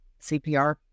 CPR